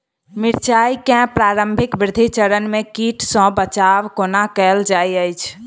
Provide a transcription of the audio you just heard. मिर्चाय केँ प्रारंभिक वृद्धि चरण मे कीट सँ बचाब कोना कैल जाइत अछि?